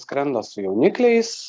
skrenda su jaunikliais